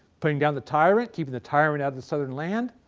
putting down the tyrant, keeping the tyrant out of the southern land.